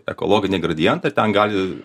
ekologiniai gradientai ir ten gali